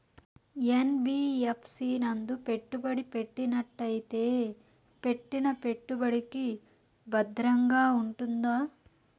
NBFC నందు పెట్టుబడి పెట్టినట్టయితే పెట్టిన పెట్టుబడికి భద్రంగా ఉంటుందా?